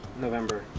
November